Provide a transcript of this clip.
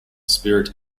spirit